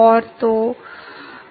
तो यह एक महत्वपूर्ण अवलोकन है